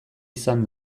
izan